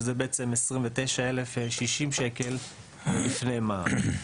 וזה בעצם 29,060 שקל לפני מע"מ.